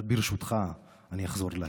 אבל ברשותך, אני אחזור להקריא.